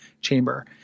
chamber